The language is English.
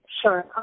Sure